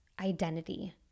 identity